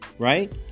Right